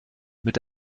mit